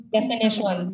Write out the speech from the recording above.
Definition